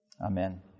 Amen